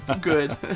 good